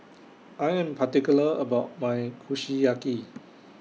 I Am particular about My Kushiyaki